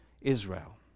Israel